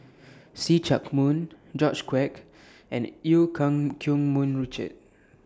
See Chak Mun George Quek and EU Keng Mun Richard